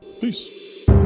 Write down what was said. peace